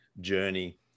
journey